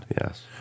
Yes